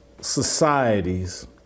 societies